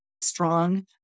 strong